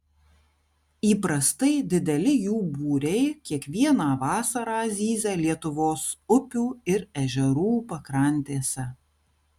įprastai dideli jų būriai kiekvieną vasarą zyzia lietuvos upių ir ežerų pakrantėse